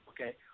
Okay